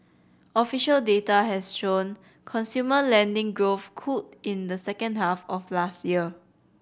official data has shown consumer lending growth cooled in the second half of last year